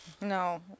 No